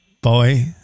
Boy